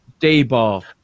Dayball